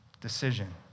decision